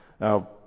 Now